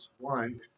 One